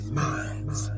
minds